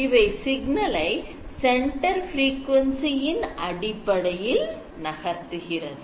இவை சிக்னலை centre frequency இன் அடிப்படையில் நகர்த்துகிறது